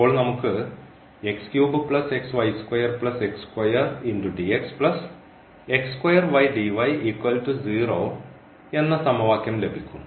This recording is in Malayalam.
അപ്പോൾ നമുക്ക് എന്ന സമവാക്യം ലഭിക്കും